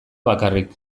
bakarrik